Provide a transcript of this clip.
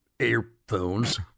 earphones